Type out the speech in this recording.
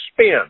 spin